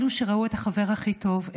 אלו שראו את החבר הכי טוב,